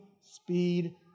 speed